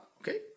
Okay